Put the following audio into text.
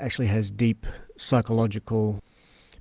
actually has deep psychological